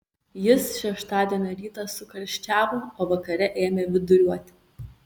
jis šeštadienio rytą sukarščiavo o vakare ėmė viduriuoti